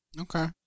Okay